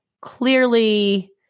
clearly